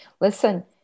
Listen